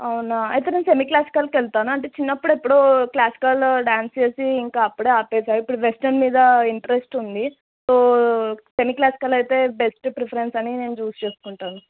అవునా అయితే నేను సెమీ క్లాసికల్కి వెళ్తాను అంటే చిన్నప్పుడు ఎప్పుడో క్లాసికల్ డ్యాన్స్ చేసి ఇంకా అప్పుడే ఆపేసా ఇప్పుడు వెస్టన్ మీద ఇంట్రెస్ట్ ఉంది సో సెమీ క్లాసికల్ అయితే బెస్ట్ ప్రిఫెరెన్స్ అని నేను చూజ్ చేసుకుంటాను